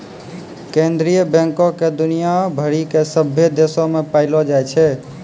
केन्द्रीय बैंको के दुनिया भरि के सभ्भे देशो मे पायलो जाय छै